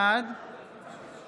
בעד